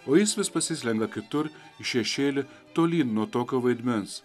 o jis vis pasislenka kitur į šešėlį tolyn nuo tokio vaidmens